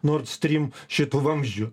nord strym šitų vamzdžių